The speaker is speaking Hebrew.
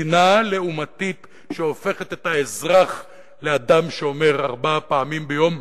מדינה לעומתית שהופכת את האזרח לאדם שאומר ארבע פעמים ביום,